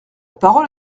parole